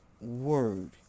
word